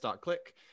click